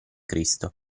cristo